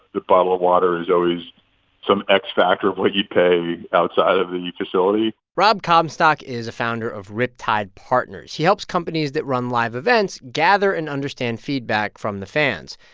the bottle of water is always some x factor of what you'd pay outside of the facility rob comstock is a founder of riptide partners. he helps companies that run live events gather and understand feedback from the fans.